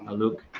ah luke!